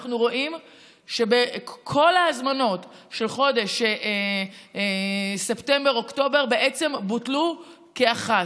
אנחנו רואים שכל ההזמנות של חודש ספטמבר-אוקטובר בוטלו כאחת,